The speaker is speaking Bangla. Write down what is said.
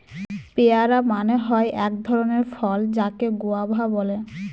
পেয়ারা মানে হয় এক ধরণের ফল যাকে গুয়াভা বলে